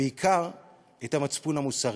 ובעיקר את המצפן המוסרי.